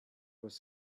was